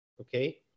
Okay